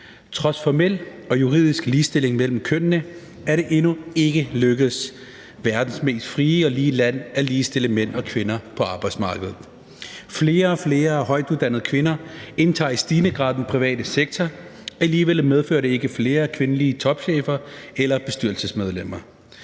Trods formel og juridisk ligestilling mellem kønnene er det endnu ikke lykkedes verdens mest frie og lige land at ligestille mænd og kvinder på arbejdsmarkedet. Flere og flere højtuddannede kvinder indtager i stigende grad den private sektor, men alligevel medfører det ikke flere kvindelige topchefer eller bestyrelsesmedlemmer.